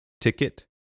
ticket